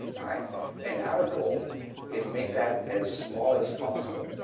and our goal is to make that as small as possible.